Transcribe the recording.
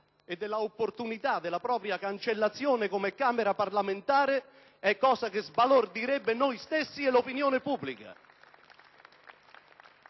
e dell'opportunità della propria cancellazione come Camera parlamentare è cosa che sbalordirebbe noi stessi e l'opinione pubblica.